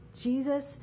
Jesus